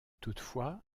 toutefois